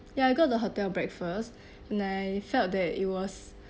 ya I got the hotel breakfast and I felt that it was